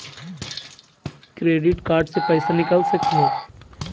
Credit card से पैसा निकल सकी हय?